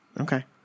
Okay